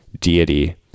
deity